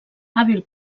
hàbil